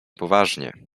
poważnie